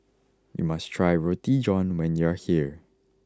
you must try Roti John when you are here